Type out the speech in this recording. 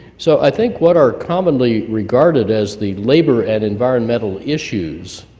so i think what are commonly regarded as the labor and environmental issues